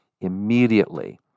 immediately